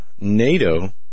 NATO